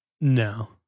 No